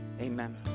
amen